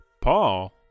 Paul